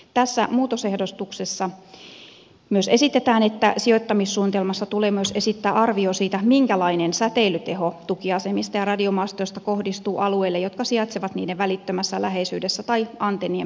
tässä muutosehdotuksessa myös esitetään että sijoittamissuunnitelmassa tulee myös esittää arvio siitä minkälainen säteilyteho tukiasemista ja radiomastoista kohdistuu alueille jotka sijaitsevat niiden välittömässä läheisyydessä tai antennien pääsäteilykeilassa